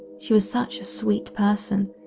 she was such a sweet person.